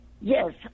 Yes